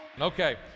Okay